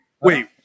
wait